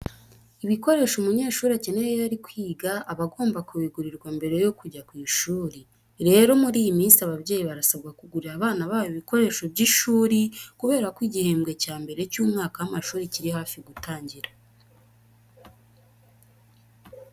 Ibikoresho umunyeshuri akenera iyo ari kwiga aba agomba kubigurirwa mbere yo kujya ku ishuri. Rero muri iyi minsi ababyeyi barasabwa kugurira abana babo ibikoresho by'ishuri kubera ko igihembwe cya mbere cy'umwaka w'amashuri kiri hafi gutangira.